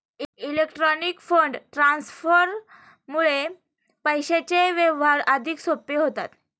electronic fund ट्रान्सफरमुळे पैशांचे व्यवहार अधिक सोपे होतात